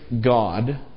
God